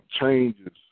changes